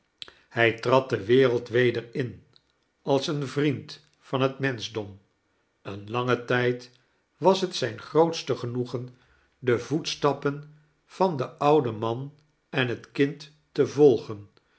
als een vriend van het menschdom een langen tijd was het zijn grootste genoegen de voetstappen van den ouden man en het kind te volgen